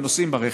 הם נוסעים ברכב,